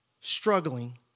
struggling